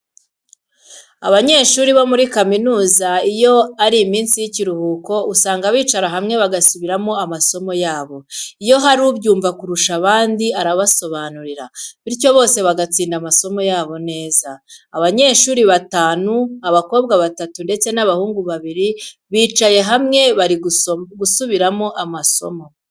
Abanyashuri bo muri kaminuza iyo ari iminsi y'ikiruhuko usanga bicara hamwe bagasubiramo amasomo yabo, iyo hari ubyumva kurusha abandi arabasobanurira, bityo bose bagatsinda amasomo yabo neza. Abanyeshuri batanu, abakobwa batatu, ndetse n'abahungu babiri bicaye hamwe bari gusubiramo amasomo.